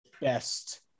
Best